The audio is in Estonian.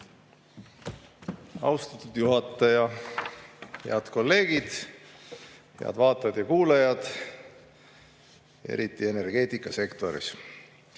Austatud juhataja! Head kolleegid! Head vaatajad ja kuulajad, eriti energeetikasektorist!